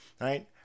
Right